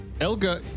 Elga